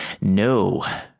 No